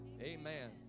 Amen